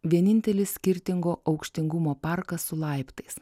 vienintelis skirtingo aukštingumo parkas su laiptais